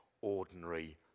ordinary